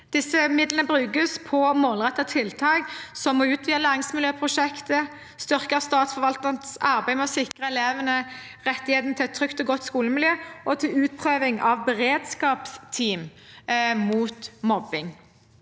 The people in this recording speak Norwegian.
Disse midlene brukes på målrettede tiltak som å utvide Læringsmiljøprosjektet, til å styrke statsforvalternes arbeid med å sikre elevene rettigheten til et trygt og godt skolemiljø og til utprøving av beredskapsteam mot mobbing.